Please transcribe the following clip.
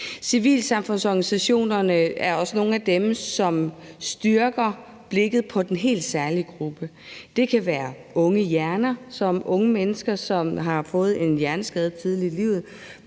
Civilsamfundsorganisationerne er også nogle af dem, som styrker blikket på den helt særlige gruppe. Det kan være Unge Hjerner, der er for unge mennesker, som har fået en hjerneskade tidligt i livet.